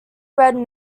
read